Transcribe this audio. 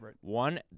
One